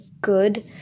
good